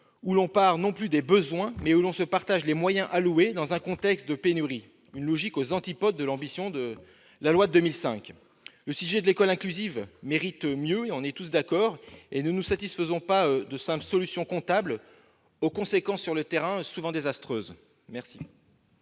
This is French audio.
plus de partir des besoins, mais de se partager les moyens alloués dans un contexte de pénurie. Cette logique est aux antipodes de l'ambition de la loi de 2005. Le sujet de l'école inclusive mérite mieux- nous sommes tous d'accord sur ce point. Ne nous satisfaisons pas de simples solutions comptables aux conséquences sur le terrain souvent désastreuses. La